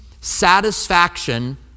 Satisfaction